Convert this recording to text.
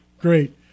Great